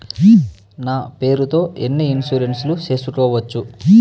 నా పేరుతో ఎన్ని ఇన్సూరెన్సులు సేసుకోవచ్చు?